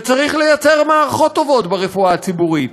וצריך לייצר מערכות טובות ברפואה הציבורית,